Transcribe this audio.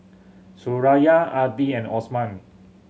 Suraya Adi and Osman